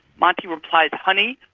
monty replies, honey,